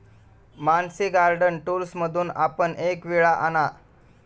Mansi garden टूल्समधून आपण एक विळा आणा